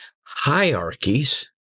hierarchies